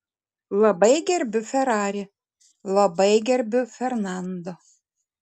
labai gerbiu ferrari labai gerbiu fernando